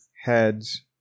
heads